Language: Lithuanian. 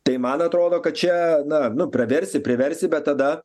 tai man atrodo kad čia na nu praversi priversi bet tada